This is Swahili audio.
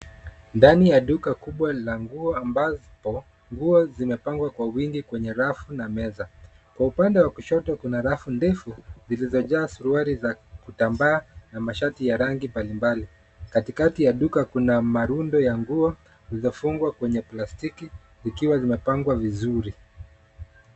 Ndani ya duka kubwa la nguo ambapo nguo zimepangwa kwa wingi kwenye rafu na meza. Kwa upande wa kushoto kuna rafu ndefu zilizojaa suruali za kutambaa na mashati ya rangi mbalimbali. Katikati ya duka kuna marundo ya nguo zilizofungwa kwenye plastiki zikiwa zimepangwa vizuri.